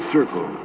Circle